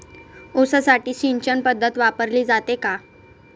ऊसासाठी सिंचन पद्धत वापरली जाते का?